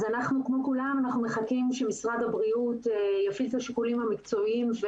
אז כמו כולם אנחנו מחכים שמשרד הבריאות יפעיל את השיקולים המקצועיים,